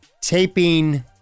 taping